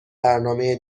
برنامه